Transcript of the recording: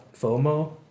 FOMO